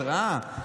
התראה,